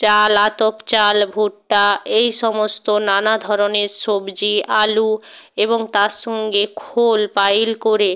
চাল আতপ চাল ভুট্টা এই সমস্ত নানা ধরনের সবজি আলু এবং তার সঙ্গে খোল পাইল করে